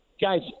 Guys